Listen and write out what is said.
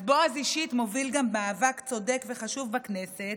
אז בועז אישית מוביל גם מאבק צודק וחשוב בכנסת,